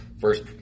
First